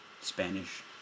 Spanish